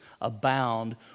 abound